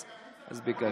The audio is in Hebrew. אז ביקשתי.